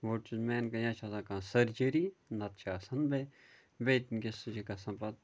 گۄڈٕ چھُ میٛٲنۍ کِنۍ چھِ آسان کیٚنٛہہ سٔرجٔری نتہٕ چھِ آسان بیٚیہِ بیٚیہِ ؤنکیٚس تہِ چھِ گژھان پَتہٕ